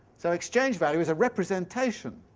so exchange-value is a representation